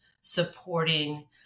supporting